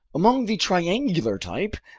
among the triangular type,